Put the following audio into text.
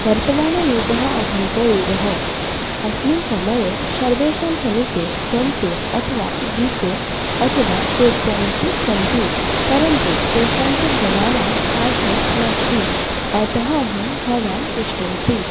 वर्तमानयुगः आधुनिकयुगः अस्मिन् समये सर्वेषां समीपे फ़ोन् पे अथवा ज़ी पे अथवा पे ती एम् इति सन्ति परन्तु केषाञ्चित् जनानां पार्श्वे नास्ति अतः अहं भवान् पृष्ठवती